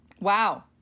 Wow